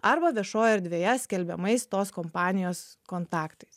arba viešoj erdvėje skelbiamais tos kompanijos kontaktais